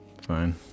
Fine